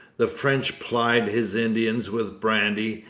the french plied his indians with brandy,